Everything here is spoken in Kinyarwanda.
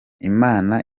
imana